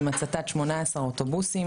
עם הצתת 18 אוטובוסים.